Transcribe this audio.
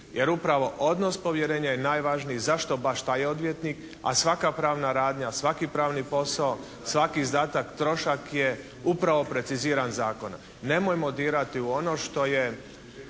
Jer upravo odnos povjerenja je najvažniji, zašto baš taj odvjetnik? A svaka pravna radnja, svaki pravni posao, svaki izdatak, trošak je upravo preciziran zakonom. Nemojmo dirati u ono što je